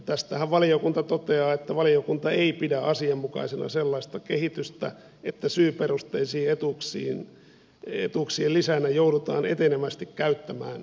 tästähän valiokunta toteaa että valiokunta ei pidä asianmukaisena sellaista kehitystä että syyperusteisten etuuksien lisänä joudutaan enenevästi käyttämään toimeentulotukea